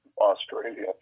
Australia